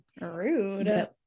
Rude